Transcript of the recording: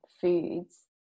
foods